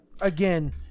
Again